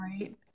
right